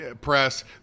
press